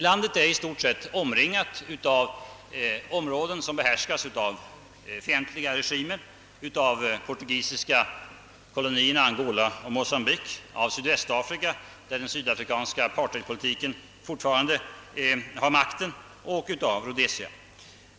Landet är i stort sett omringat av områden som behärskas av fientliga regimer, av de portugisiska kolonierna Angola och Mocambique, av Sydvästafrika, där den sydafrikanska apartheidpolitiken fortfarande har makten, och av Rhodesia.